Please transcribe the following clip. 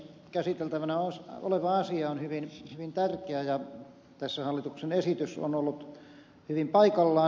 käsiteltävänä oleva asia on hyvin tärkeä ja tässä hallituksen esitys on ollut hyvin paikallaan